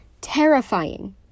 terrifying